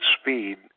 speed